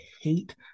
hate